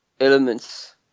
elements